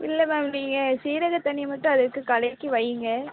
இல்லை மேம் நீங்கள் சீரகத்தண்ணி மட்டும் அதுக்கு கலக்கி வையுங்க